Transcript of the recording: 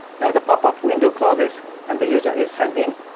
now the pop-up window closes and the user is signed in.